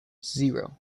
zero